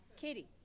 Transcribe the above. Katie